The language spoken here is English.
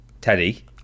Teddy